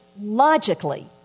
logically